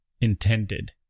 Intended